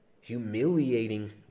humiliating